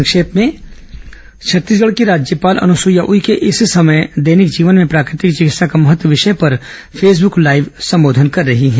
संक्षिप्त समाचार छत्तीसगढ़ की राज्यपाल अनुसुईया उइके इस समय दैनिक जीवन में प्राकृतिक चिकित्सा का महत्व विषय पर फेसबुक लाइव उदबोधन कर रही हैं